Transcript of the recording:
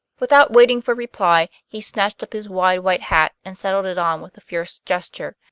without waiting for reply, he snatched up his wide white hat and settled it on with a fierce gesture,